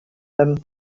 them